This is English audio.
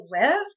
live